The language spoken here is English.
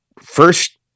first